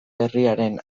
herriaren